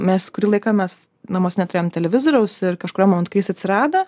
nes kurį laiką mes namuose neturėjom televizoriaus ir kažkuriuo momentu jis atsirado